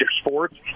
sports